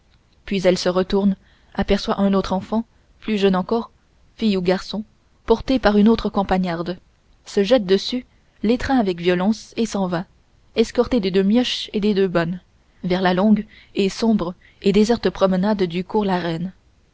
puis elle se retourne aperçoit une autre enfant plus jeune encore fille ou garçon porté par une autre campagnarde se jette dessus l'étreint avec violence et s'en va escortée des deux mioches et des deux bonnes vers la longue et sombre et déserte promenade du cours la reine